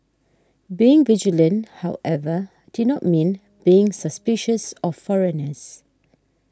being vigilant however did not mean being suspicious of foreigners